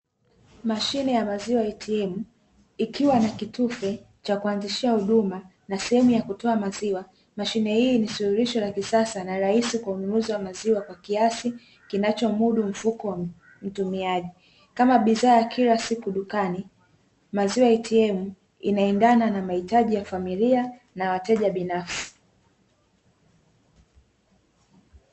Mashine ya "maziwa ATM" ikiwa na kitufe cha kuanzishia huduma, na sehemu ya kutoa maziwa. Mashine hii ni suluhisho la kisasa na rahisi kwa ununuzi wa maziwa kwa kiasi kinachomudu mfuko wa mtumiaji, kama bidhaa ya kila siku ya dukani. "Maziwa ATM" inaendana na mahitaji ya familia na wateja binafsi.